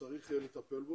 צריך לטפל בו.